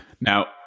Now